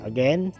Again